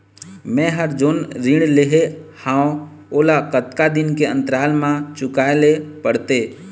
मैं हर जोन ऋण लेहे हाओ ओला कतका दिन के अंतराल मा चुकाए ले पड़ते?